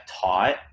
taught